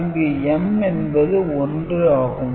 இங்கு M என்பது 1 ஆகும்